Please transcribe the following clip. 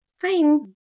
Fine